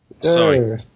Sorry